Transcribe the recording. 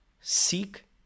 seek